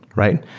right?